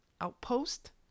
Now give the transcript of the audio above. outpost